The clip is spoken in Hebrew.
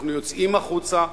אנחנו יוצאים החוצה,